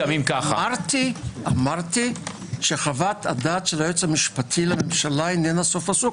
אמרתי שחוות הדעת של היועץ המשפטי לממשלה אינה סוף פסוק.